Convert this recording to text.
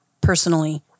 personally